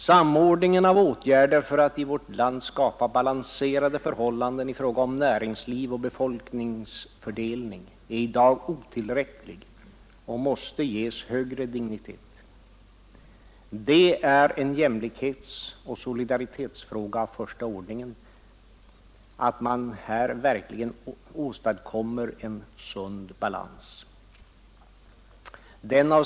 Samordningen av åtgärder för att i vårt land skapa balanserade förhållanden i fråga om näringsliv och befolkningsfördelning är i dag otillräcklig och måste ges högre dignitet. Det är en jämlikhetsoch solidaritetsfråga av första ordningen att man här verkligen åstadkommer en sund balans.